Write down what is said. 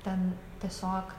ten tiesiog